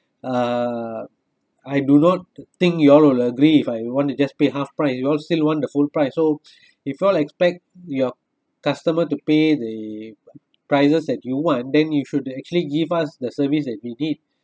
uh I do not think you all will agree if I want to just pay half price you all still want the full price so if you all expect your customer to pay the prices that you want then you should actually give us the service that we need